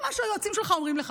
מה אתם חושבים,